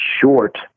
short